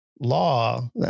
law